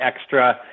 extra